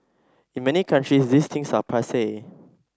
in many countries these things are passe